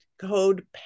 code